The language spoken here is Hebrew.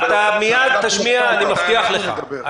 אתה מייד תשמיע, אני מבטיח לך.